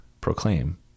proclaim